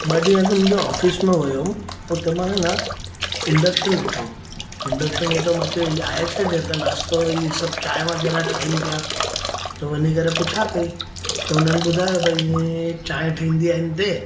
ॿ ॾींहुं अॻु मुंहिंजे ऑफिस में हुउमि हुते मां आहे न इंडक्शन ॾिठो